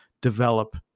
develop